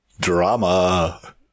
Drama